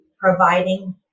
providing